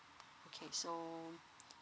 okay so